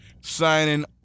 signing